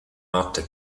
notte